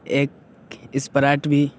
ایک اسپرائٹ بھی